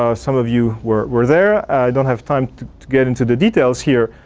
ah some of you were were there. i don't have time to get into the details here.